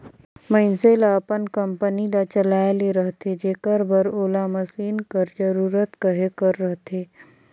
मइनसे ल अपन कंपनी ल चलाए ले रहथे जेकर बर ओला मसीन कर जरूरत कहे कर रहथे